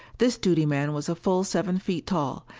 this duty man was a full seven feet tall,